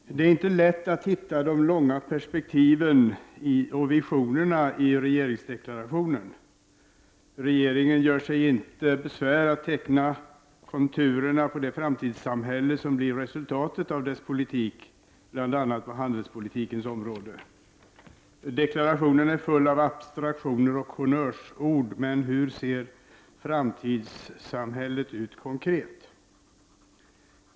Herr talman! Det är inte lätt att hitta de långa perspektiven och visionerna i regeringsdeklarationen. Regeringen gör sig inte besvär med att teckna konturerna av det framtidssamhälle som blir resultatet av regeringens politik på bl.a. handelspolitikens område. Regeringsdeklarationen är full av abstraktioner och honnörsord, men hur ser framtidssamhället ut konkret?